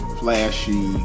flashy